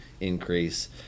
increase